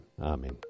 amen